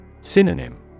Synonym